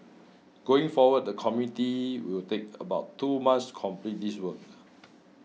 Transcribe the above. going forward the committee will take about two months complete this work